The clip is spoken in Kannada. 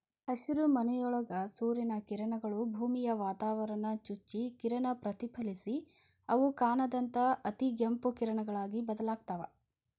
ಹಸಿರುಮನಿಯೊಳಗ ಸೂರ್ಯನ ಕಿರಣಗಳು, ಭೂಮಿಯ ವಾತಾವರಣಾನ ಚುಚ್ಚಿ ಕಿರಣ ಪ್ರತಿಫಲಿಸಿ ಅವು ಕಾಣದಂತ ಅತಿಗೆಂಪು ಕಿರಣಗಳಾಗಿ ಬದಲಾಗ್ತಾವ